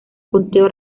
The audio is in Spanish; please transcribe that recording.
conteo